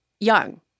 Young